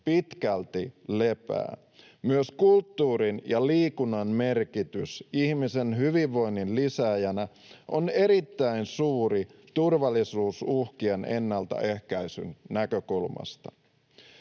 pitkälti lepäävät. Myös kulttuurin ja liikunnan merkitys ihmisen hyvinvoinnin lisääjinä on erittäin suuri turvallisuusuhkien ennaltaehkäisyn näkökulmasta.